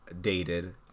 dated